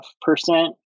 percent